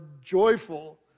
joyful